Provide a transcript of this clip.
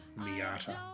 Miata